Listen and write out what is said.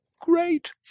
great